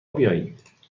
بیایید